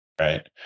right